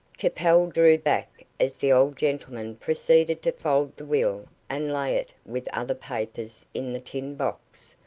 capel drew back as the old gentleman proceeded to fold the will and lay it with other papers in the tin box,